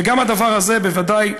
וגם הדבר הזה בוודאי,